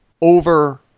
over